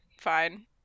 fine